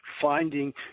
finding